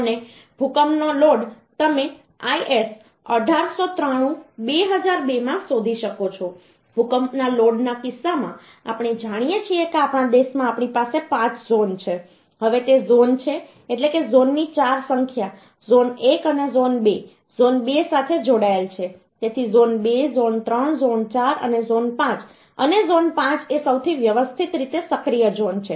અને ભૂકંપનો લોડ તમે IS1893 2002 માં શોધી શકો છો ભૂકંપના લોડના કિસ્સામાં આપણે જાણીએ છીએ કે આપણા દેશમાં આપણી પાસે 5 ઝોન છે હવે તે ઝોન છે એટલે કે ઝોનની 4 સંખ્યા ઝોન 1 અને ઝોન 2 ઝોન 2 સાથે જોડાયેલ છે તેથી ઝોન 2 ઝોન 3 ઝોન 4 અને ઝોન 5 અને ઝોન 5 એ સૌથી વ્યવસ્થિત રીતે સક્રિય ઝોન છે